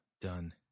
Done